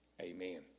Amen